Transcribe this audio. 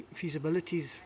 feasibilities